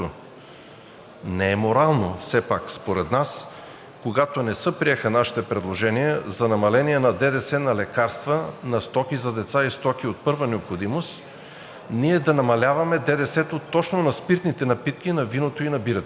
не е морално все пак, когато не се приеха нашите предложения за намаление на ДДС на лекарства, на стоки за деца и стоки от първа необходимост, ние да намаляваме ДДС-то точно на спиртните напитки, на виното и на бирата.